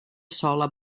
sola